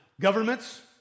Governments